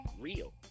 real